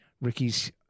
Ricky's